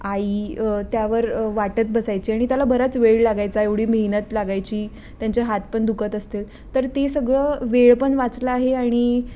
आई त्यावर वाटत बसायची आणि त्याला बराच वेळ लागायचा एवढी मेहनत लागायची त्यांचे हात पण दुखत असतील तर ते सगळं वेळ पण वाचला आहे आणि